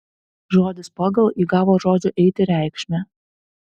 žodis pagal įgavo žodžio eiti reikšmę